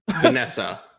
vanessa